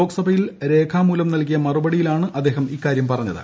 ലോക്സഭയിൽ രേഖ്ലാമൂലം നൽകിയ മറുപടിയിലാണ് അദ്ദേഹം ഇക്കാര്യം പറ്റ്ഞ്ഞിത്